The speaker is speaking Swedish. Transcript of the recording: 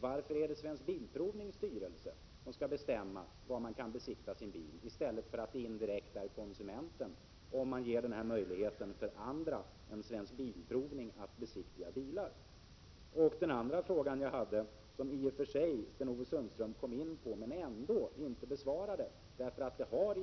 Varför är det Svensk Bilprovnings styrelse, som skall bestämma var man kan besiktiga sin bil, i stället för indirekt konsumenten, genom att man ger möjlighet för andra än Svensk Bilprovning att besiktiga bilar? Sten-Ove Sundström kom i och för sig in på min andra fråga, men han besvarade den ändå inte.